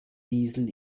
diesel